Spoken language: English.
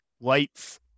lights